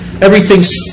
Everything's